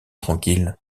tranquille